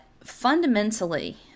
fundamentally